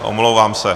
Omlouvám se.